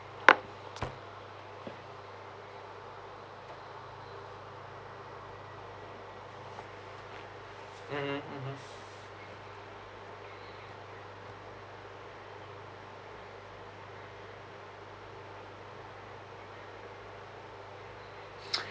mmhmm mmhmm